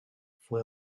fue